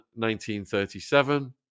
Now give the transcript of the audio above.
1937